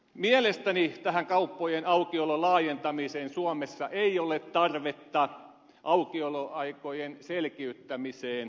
mielestäni tähän kauppojen aukiolon laajentamiseen suomessa ei ole tarvetta aukioloaikojen selkiyttämiseen kyllä